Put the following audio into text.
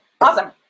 awesome